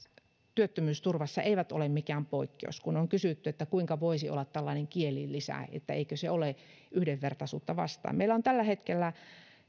työttömyysturvassa eivät ole mikään poikkeus on kysytty että kuinka voisi olla tällainen kielilisä eikö se ole yhdenvertaisuutta vastaan meillä on tällä hetkellä